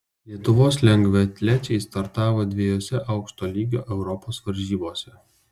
lietuvos lengvaatlečiai startavo dviejose aukšto lygio europos varžybose